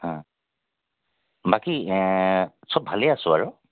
অ বাকী সব ভালে আছোঁ আৰু